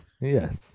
Yes